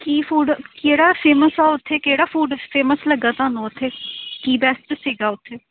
ਕੀ food ਕਿਹੜਾ famous ਆ ਉੱਥੇ ਕਿਹੜਾ ਫੂਡ ਫੇਮਸ ਲੱਗਾ ਤੁਹਾਨੂੰ ਉੱਥੇ ਕੀ ਬੈਸਟ ਸੀਗਾ ਉੱਥੇ